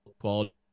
quality